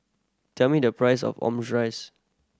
tell me the price of Omurice